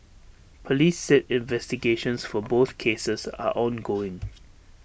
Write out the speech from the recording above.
Police said investigations for both cases are ongoing